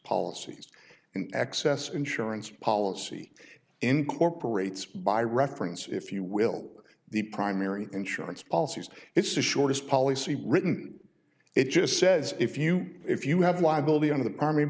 policies and excess insurance policy incorporates by reference if you will the primary insurance policies it's the shortest policy written it just says if you if you have liability on the arm